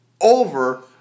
over